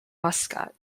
muscat